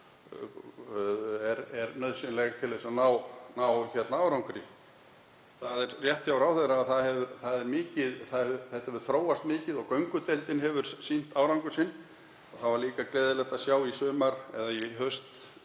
er nauðsynleg til að ná árangri. Það er rétt hjá ráðherra að þetta hefur þróast mikið og göngudeildin hefur sýnt árangur sinn. Það var líka gleðilegt að sjá í sumar að